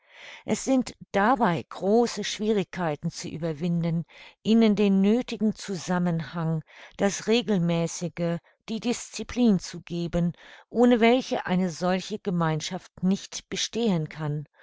es sind dabei große schwierigkeiten zu überwinden ihnen den nöthigen zusammenhang das regelmäßige die disciplin zu geben ohne welche eine solche gemeinschaft nicht bestehen kann